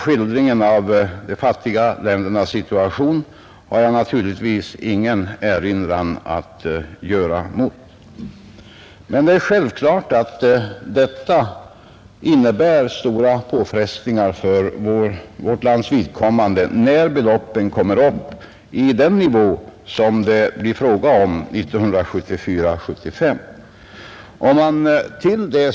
Skildringen av de fattiga ländernas situation har jag självfallet ingen erinran mot. Men det är självklart att det innebär stora påfrestningar för vårt lands vidkommande när beloppen kommer upp i den nivå som det blir fråga om 1974/75.